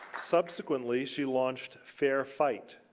subsequently, she launched fair fight,